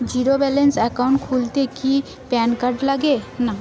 Zero balance account খুলতে কি PAN card লাগে?